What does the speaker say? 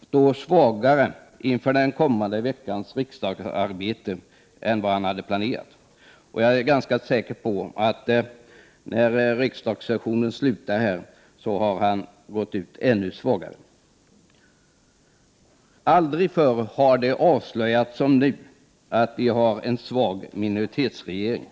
står svagare inför den kommande veckans riksdagsarbete än planerat. Jag är ganska säker på att när riksdagssessionen slutar här har han gått ut ännu svagare. Aldrig förr har som nu avslöjats att vi har en svag minoritetsregering.